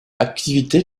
activité